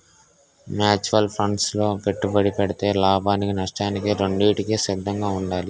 mutual funds లో పెట్టుబడి పెడితే లాభానికి నష్టానికి రెండింటికి సిద్ధంగా ఉండాలి